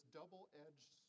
double-edged